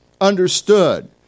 understood